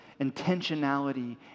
intentionality